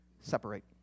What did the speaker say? separate